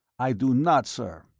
i do not, sir,